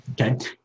Okay